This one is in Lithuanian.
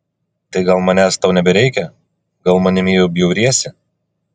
tai gal manęs tau nebereikia gal manimi jau bjauriesi